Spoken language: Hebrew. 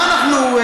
מה אנחנו,